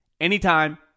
anytime